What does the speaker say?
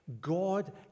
God